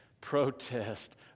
protest